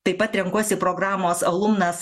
taip pat renkuosi programos alumnas